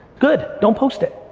good, don't post it.